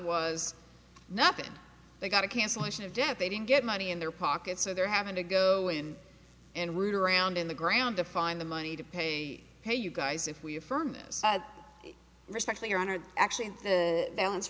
was nothing they got a cancellation of debt they didn't get money in their pocket so they're having to go in and root around in the ground to find the money to pay hey you guys if we affirm this respect your honor actually in the balance